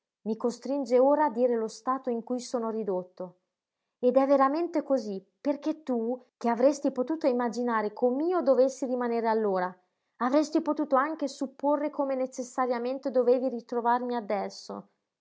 mi costringe ora a dire lo stato in cui sono ridotto ed è veramente cosí perché tu che avresti potuto imaginare com'io dovessi rimanere allora avresti potuto anche supporre come necessariamente dovevi ritrovarmi adesso